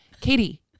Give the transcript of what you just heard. katie